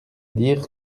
dire